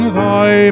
thy